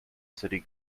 city